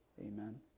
Amen